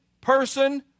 person